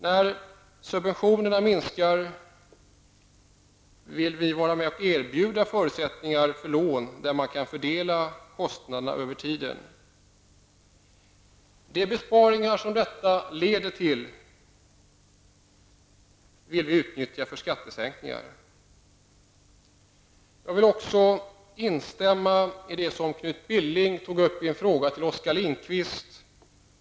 När subventionerna minskar vill vi vara med och erbjuda förutsättningar för lån där man kan fördela kostnaderna över tiden. Vi vill utnyttja de besparingar detta leder till för skattesänkningar. Jag vill instämma i det som Knut Billing tog upp i en fråga till Oskar Lindkvist.